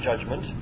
judgment